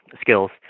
skills